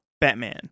Batman